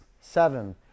seven